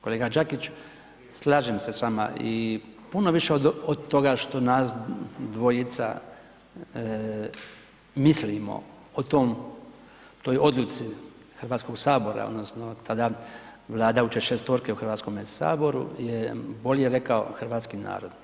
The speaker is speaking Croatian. Kolega Đakić slažem se s vama i puno više od toga što nas dvojica mislimo o tom, toj odluci Hrvatskog sabora, odnosno tada vladajuće šestorke u Hrvatskome saboru je bolje rekao hrvatski narod.